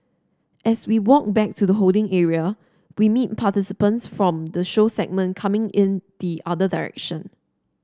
as we walk back to the holding area we meet participants from the show segment coming in the other direction